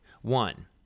One